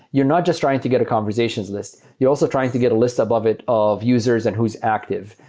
you're not just trying to get a conversations list. you're also trying to get a list above it of users and who's active.